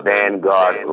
Vanguard